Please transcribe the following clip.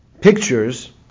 pictures